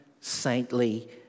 saintly